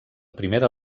primera